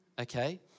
Okay